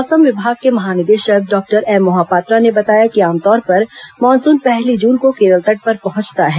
मौसम विभाग के महानिदेशक डॉक्टर एम मोहापात्रा ने बताया कि आमतौर पर मानसून पहली जून को केरल तट पर पहुंचता है